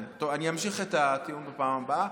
טוב, אני אמשיך את הטיעון בפעם הבאה.